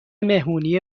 مهمونی